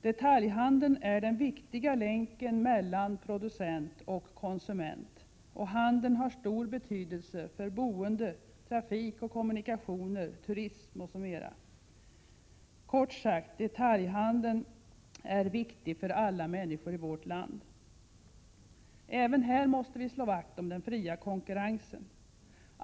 Detaljhandeln är den viktiga länken mellan producent och konsument, och handeln har stor betydelse för boende, trafik och kommunikationer, turism m.m. Kort sagt — detaljhandeln är viktig för alla människor i vårt land. Även här måste vi slå vakt om den fria konkurrensen.